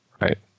Right